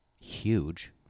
huge